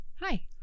Hi